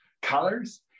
colors